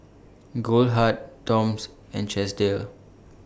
Goldheart Toms and Chesdale